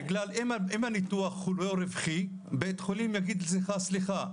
בגלל שאם הניתוח הוא לא רווחי בית החולים יגיד לך "סליחה,